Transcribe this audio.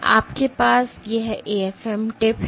तो आपके पास यह AFM टिप है